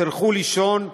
תלכו לישון,